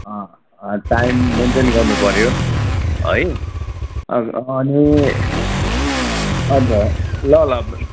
time maintain गर्नुपऱ्यो है अ अनि अन्त ल ल